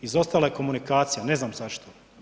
Izostala je komunikacija, ne znam zašto.